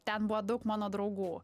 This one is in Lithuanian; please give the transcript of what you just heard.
ten buvo daug mano draugų